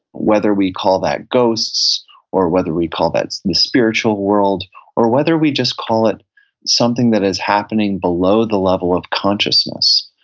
whether we call that ghosts or whether we call that the spiritual world or whether we just call it something that is happening below the level of consciousness.